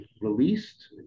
released